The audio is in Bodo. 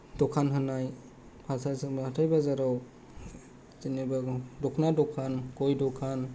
दखान होनाय बाजार जेनेबा हाथाय बाजाराव जेनेबा दख'ना दखान गय दखान